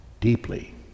deeply